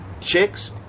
chicks